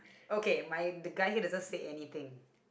okay my the guy here doesn't say anything